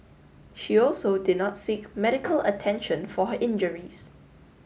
she also did not seek medical attention for her injuries